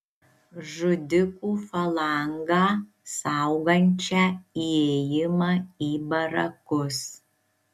žudikų falangą saugančią įėjimą į barakus